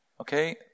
Okay